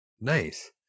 Nice